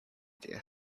dear